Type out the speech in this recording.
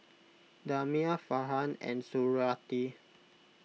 Damia Farhan and Suriawati